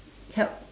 help